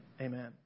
amen